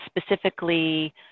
specifically